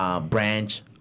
Branch